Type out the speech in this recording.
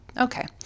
okay